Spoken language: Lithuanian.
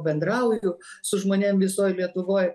bendrauju su žmonėm visoj lietuvoj